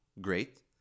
great